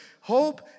Hope